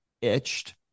itched